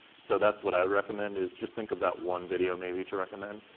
so that's what i recommend, is just think of that one video, maybe, to recommend.